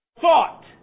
thought